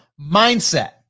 mindset